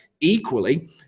Equally